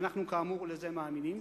ואנחנו כאמור לזה מאמינים.